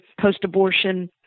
post-abortion